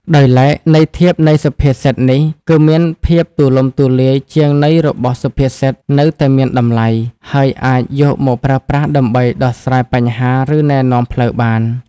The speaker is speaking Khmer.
ដោយឡែក ន័យធៀបនៃសុភាសិតនេះ គឺមានភាពទូលំទូលាយជាងនៃរបស់សុភាសិតនៅតែមានតម្លៃ ហើយអាចយកមកប្រើប្រាស់ដើម្បីដោះស្រាយបញ្ហា ឬណែនាំផ្លូវបាន។